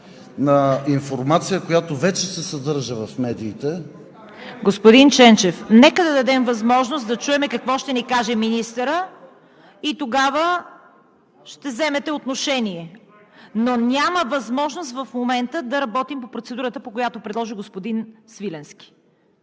микрофони.) ПРЕДСЕДАТЕЛ ЦВЕТА КАРАЯНЧЕВА: Господин Ченчев, нека да дадем възможност да чуем какво ще ни каже министърът и тогава ще вземете отношение, но няма възможност в момента да работим по процедурата, по която предложи господин Свиленски.